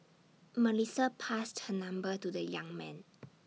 Melissa passed her number to the young man